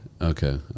Okay